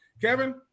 Kevin